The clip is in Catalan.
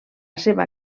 seva